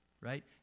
right